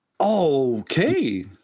okay